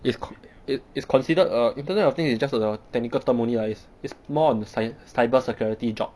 is co~ is is considered err internet of things is just a technical term only lah is is more on cy~ cyber security job